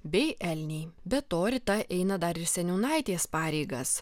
bei elniai be to rita eina dar ir seniūnaitės pareigas